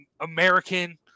American